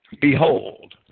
behold